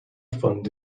fund